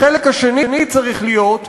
החלק השני צריך להיות פיזור,